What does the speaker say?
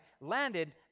landed